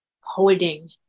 holding